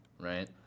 right